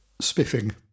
spiffing